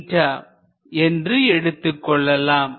இதேபோல இங்கு இதனது கோண மதிப்பை என்று எடுத்துக்கொள்ளலாம்